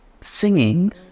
singing